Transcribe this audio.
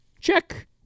Check